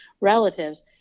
relatives